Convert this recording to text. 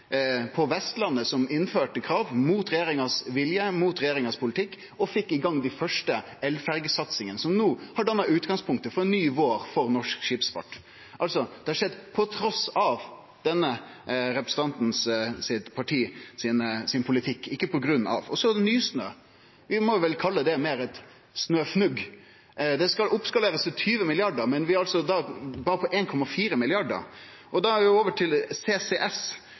på Vestlandet, som innførte krav, mot regjeringas vilje, mot regjeringas politikk, og fekk i gang dei første elferjesatsingane, som no har danna utgangspunktet for ein ny vår for norsk skipsfart. – Det har skjedd trass i politikken til denne statsrådens parti, ikkje på grunn av. Og så er det Nysnø. Vi må vel kalle det meir eit snøfnugg. Det skal oppskalerast til 20 mrd. kr, men i dag er det berre på 1,4 mrd. kr. Da er vi over til